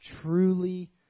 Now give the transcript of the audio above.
truly